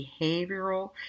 behavioral